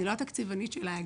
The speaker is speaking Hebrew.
אני לא התקציבנית של האגף.